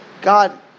God